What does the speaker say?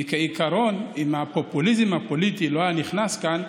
כעיקרון, אם הפופוליזם הפוליטי לא היה נכנס כאן,